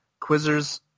quizzers